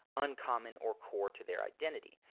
uncommon or core to their identity.